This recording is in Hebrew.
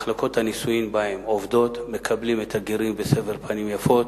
מחלקות הנישואים שבהן עובדות: מקבלים את הגרים בסבר פנים יפות